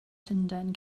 llundain